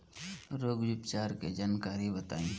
रोग उपचार के जानकारी बताई?